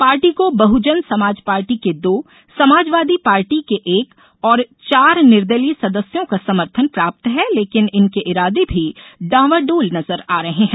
party को Bahujan Samaj party के दो समाजवादी पार्टी के एक और चार निर्दलीय सदस्यों का समर्थन प्राप्त है लेकिन इनके इरादे भी डांवाडोल नजर आ रहे है